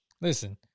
listen